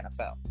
NFL